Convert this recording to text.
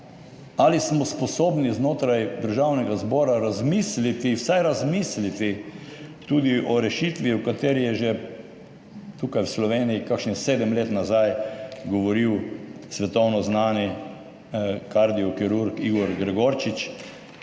Ali smo sposobni znotraj Državnega zbora razmisliti, vsaj razmisliti tudi o rešitvi, o kateri je že tukaj v Sloveniji kakšnih sedem let nazaj govoril svetovno znani kardiokirurg Igor Gregorič,